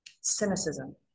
Cynicism